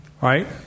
Right